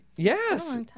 Yes